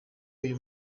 uyu